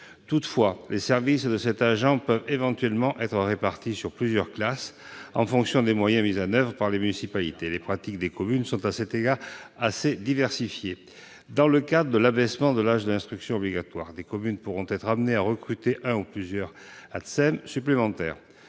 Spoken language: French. Toutefois, les services de cet agent peuvent éventuellement être répartis sur plusieurs classes, en fonction des moyens mis en oeuvre par les municipalités. Les pratiques des communes sont à cet égard assez diversifiées. Du fait de l'abaissement de l'âge de l'instruction obligatoire, des communes pourront être amenées à recruter un ou plusieurs Atsem supplémentaires.